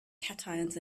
cations